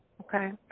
okay